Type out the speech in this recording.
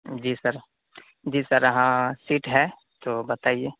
جی sir جی sir ہاں seat ہے تو بتائیے